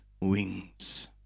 wings